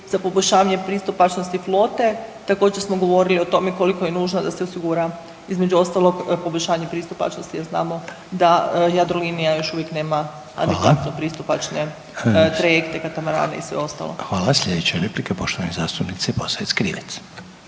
Za poboljšavanje pristupnosti flote također smo govorili o tome koliko je nužno da se osigura između ostalo poboljšanje pristupačnosti jer znamo da Jadrolinija još uvijek nema adekvatno pristupačne trajekte, katamarane i sve ostalo. **Reiner, Željko (HDZ)** Hvala. Slijedeća replika je poštovane zastupnice Posavec Krivec.